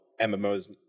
MMOs